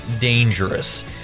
dangerous